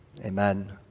Amen